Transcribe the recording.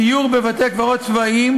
סיור בבתי-קברות צבאיים,